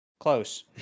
Close